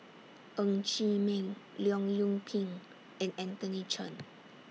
Ng Chee Meng Leong Yoon Pin and Anthony Chen